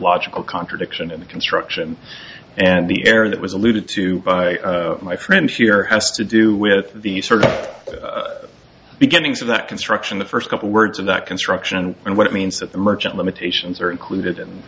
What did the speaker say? logical contradiction in the construction and the area that was alluded to by my friends here has to do with the sort of beginnings of that construction the first couple words in that construction and what it means that the merchant limitations are included in